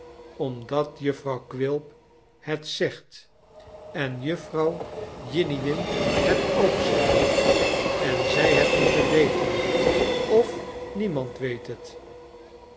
omdat jufvrouw quilp het zegt en jufvrouw jiniwin het ook zegt en zij het moeten weten of niemand weet het